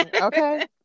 okay